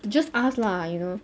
you just ask lah you know